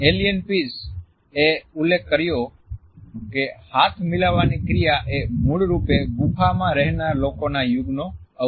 alien Pease એ ઉલ્લેખ કર્યો કે હાથ મિલાવવાની ક્રિયા એ મૂળ રૂપે ગુફામાં રહેનાર લોકોના યુગનો અવશેષ છે